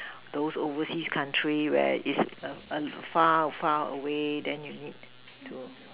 those overseas countries where its err far far away then you need to